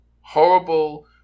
Horrible